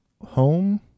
home